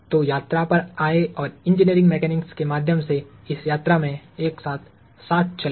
तो यात्रा पर आएं और इंजीनियरिंग मैकेनिक्स के माध्यम से इस यात्रा में एक साथ चलें